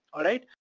alright?